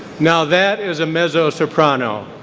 now that is a mezzo-soprano.